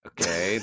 Okay